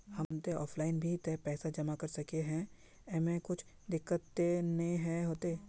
हम ते ऑफलाइन भी ते पैसा जमा कर सके है ऐमे कुछ दिक्कत ते नय न होते?